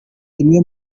rimwe